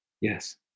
Yes